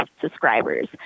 subscribers